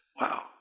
Wow